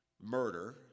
murder